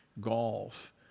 golf